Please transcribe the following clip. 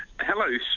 Hello